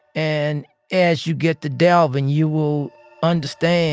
and as you get to delving, you will understand